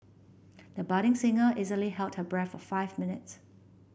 the budding singer easily held her breath for five minutes